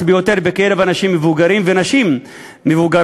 ביותר בקרב אנשים מבוגרים ונשים מבוגרות.